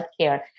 healthcare